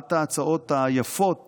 אחת ההצעות היפות